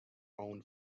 own